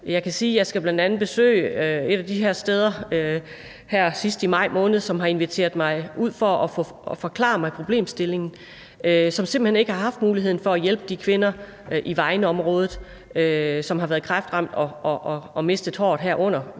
her sidst i maj måned bl.a. skal besøge et af de steder, som har inviteret mig ud for at forklare mig problemstillingen, og som simpelt hen ikke har mulighed for at hjælpe de kvinder i Vejenområdet, som har været kræftramt og har mistet håret her under